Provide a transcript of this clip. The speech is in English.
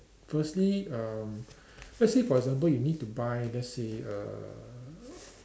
firstly um let's say for example you need to buy let's say uh